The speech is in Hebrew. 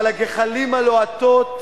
אבל הגחלים הלוהטות